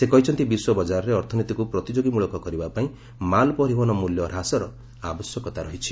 ସେ କହିଛନ୍ତି ବିଶ୍ୱ ବଜାରରେ ଅର୍ଥନୀତିକୁ ପ୍ରତିଯୋଗୀ ମୂଳକ କରିବା ପାଇଁ ମାଲପରିବହନ ମ୍ବଲ୍ୟ ହ୍ରାସର ଆବଶ୍ୟକତା ରହିଛି